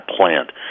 plant